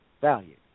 value